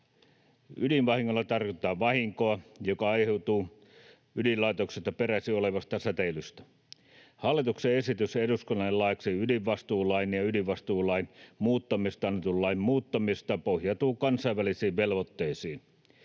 Ydinvahingolla tarkoitetaan vahinkoa, joka aiheutuu ydinlaitokselta peräisin olevasta säteilystä. Hallituksen esitys eduskunnalle laeiksi ydinvastuulain ja ydinvastuulain muuttamisesta annetun lain muuttamisesta pohjautuu kansainvälisiin velvoitteisiin.